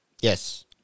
yes